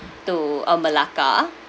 to um malacca